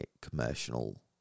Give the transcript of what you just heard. commercial